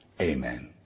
Amen